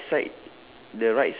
on the right side